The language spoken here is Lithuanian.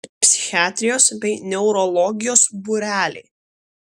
psichiatrijos bei neurologijos būreliai